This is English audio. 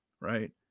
right